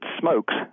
smokes